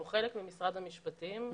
אנחנו חלק ממשרד המשפטים.